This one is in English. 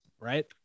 right